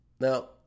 now